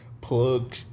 plug